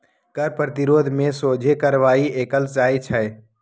कर प्रतिरोध में सोझे कार्यवाही कएल जाइ छइ